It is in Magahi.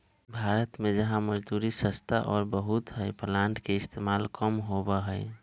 भारत में जहाँ मजदूरी सस्ता और बहुत हई प्लांटर के इस्तेमाल कम होबा हई